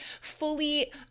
fully